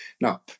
Now